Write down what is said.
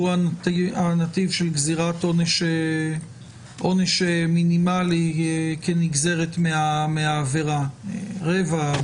והוא הנתיב של גזירת עונש מינימלי כנגזרת מהעבירה רבע,